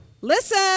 Listen